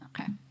Okay